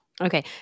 Okay